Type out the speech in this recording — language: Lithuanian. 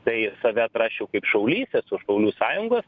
tai save atrasčiau kaip šaulys esu šaulių sąjungos